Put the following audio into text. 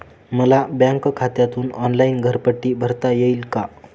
मला बँक खात्यातून ऑनलाइन घरपट्टी भरता येईल का?